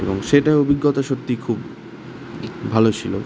এবং সেটা অভিজ্ঞতা সত্যিই খুব এক ভালো ছিলো